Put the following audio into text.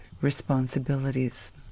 responsibilities